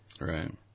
Right